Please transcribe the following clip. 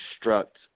construct